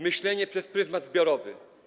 Myślenie przez pryzmat zbiorowy.